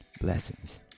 blessings